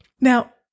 now